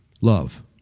love